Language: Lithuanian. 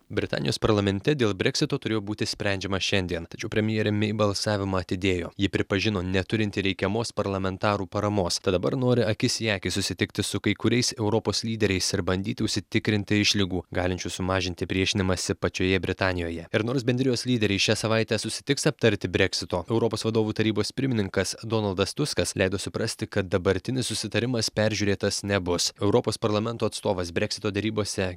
britanijos parlamente dėl breksito turėjo būti sprendžiama šiandien tačiau premjerė mei balsavimą atidėjo ji pripažino neturinti reikiamos parlamentarų paramos tad dabar nori akis į akį susitikti su kai kuriais europos lyderiais ir bandyti užsitikrinti išlygų galinčių sumažinti priešinimąsi pačioje britanijoje ir nors bendrijos lyderiai šią savaitę susitiks aptarti breksito europos vadovų tarybos pirmininkas donaldas tuskas leido suprasti kad dabartinis susitarimas peržiūrėtas nebus europos parlamento atstovas breksito derybose